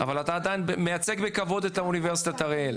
אבל עדיין מייצג בכבוד את אוניברסיטת אריאל?